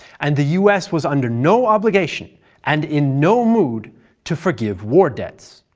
and the us was under no obligation and in no mood to forgive war debt.